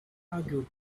argued